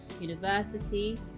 university